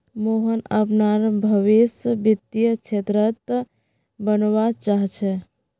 मोहन अपनार भवीस वित्तीय क्षेत्रत बनवा चाह छ